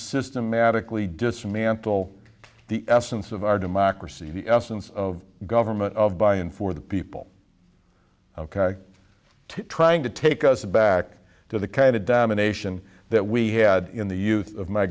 systematically dismantle the essence of our democracy the essence of government of by and for the people ok trying to take us back to the kind of domination that we had in the youth of my